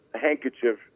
handkerchief